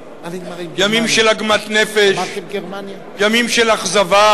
ימים של עוגמת נפש, ימים של אכזבה,